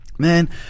man